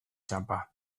txanpa